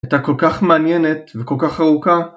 הייתה כל כך מעניינת וכל כך ארוכה...